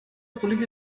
police